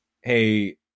hey